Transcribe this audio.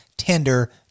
Tender